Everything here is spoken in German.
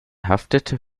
haftete